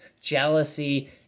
jealousy